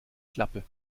klappe